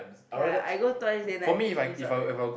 ya I go twice then I used up already